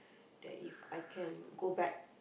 that If I can go back